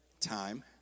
time